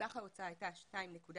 סך ההוצאה היה 2.66